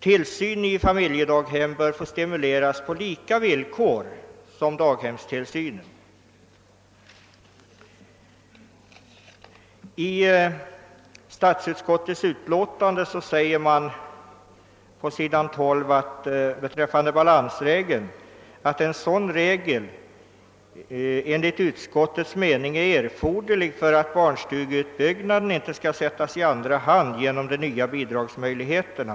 Tillsyn i familjedaghem bör få stimuleras på samma villkor som barndaghemstillsynen. I statsutskottets utlåtande säger man på s. 12 beträffande balansregeln, att »en sådan regel enligt utskottets mening är erforderlig för att barnstugeutbyggnaden inte skall sättas i andra hand genom de nya bidragsmöjligheterna».